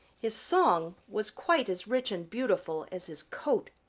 his song was quite as rich and beautiful as his coat.